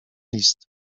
list